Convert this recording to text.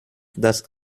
das